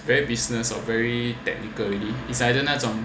very business lor very technical already is either 那种